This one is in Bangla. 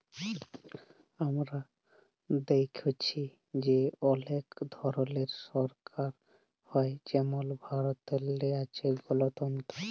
আমরা দ্যাইখছি যে অলেক ধরলের সরকার হ্যয় যেমল ভারতেল্লে আছে গলতল্ত্র